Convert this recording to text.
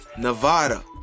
Nevada